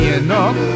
enough